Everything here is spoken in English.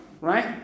right